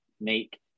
make